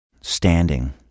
Standing